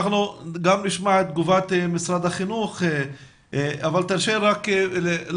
נשמע גם את תגובת משרד החינוך עוד מעט.